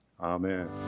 Amen